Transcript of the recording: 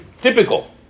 Typical